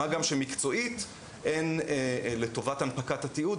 מה גם שמקצועית אין לטובת הנפקת התיעוד